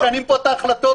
משנים פה את ההחלטות.